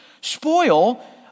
spoil